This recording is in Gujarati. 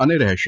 અને રહેશે